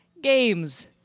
games